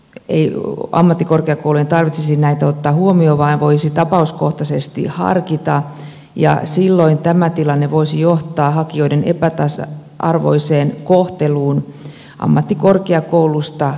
ei ammattikorkeakoulujen tarvitsisi enää kategorisesti näitä ottaa huomioon vaan voisi tapauskohtaisesti harkita ja silloin tämä tilanne voisi johtaa hakijoiden epätasa arvoiseen kohteluun ammattikorkeakoulusta riippuen